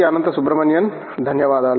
అనంత సుబ్రమణియన్ ధన్యవాదాలు